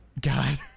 God